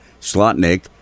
Slotnick